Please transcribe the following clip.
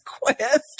quest